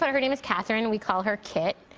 and her name is katherine. we call her kit